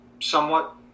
somewhat